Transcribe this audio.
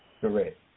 Correct